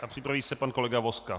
A připraví se pan kolega Vozka.